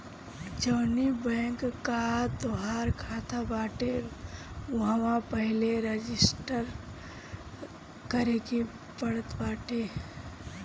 जवनी बैंक कअ तोहार खाता बाटे उहवा पहिले रजिस्टर करे के पड़त बाटे